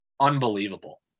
unbelievable